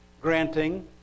granting